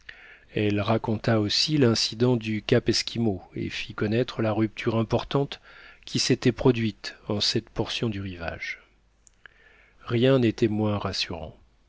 elle raconta aussi l'incident du cap esquimau et fit connaître la rupture importante qui s'était produite en cette portion du rivage rien n'était moins rassurant